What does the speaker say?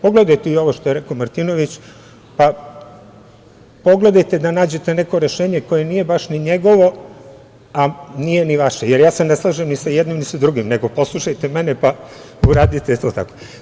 Pogledajte i ovo što je rekao Martinović, pa pogledajte da nađete neko rešenje koje nije baš ni njegovo, a nije ni vaše, jer ja se ne slažem ni sa jednim, ni sa drugim, nego poslušajte mene, pa uradite to tako.